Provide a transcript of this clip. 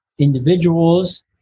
individuals